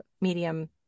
medium